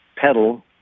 pedal